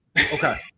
okay